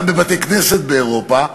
גם בבתי-כנסת באירופה,